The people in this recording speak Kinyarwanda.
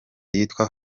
yitwa